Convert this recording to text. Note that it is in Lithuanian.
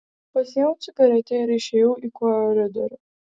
pasiėmiau cigaretę ir išėjau į koridorių